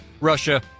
Russia